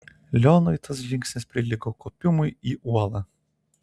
leonui tas žingsnis prilygo kopimui į uolą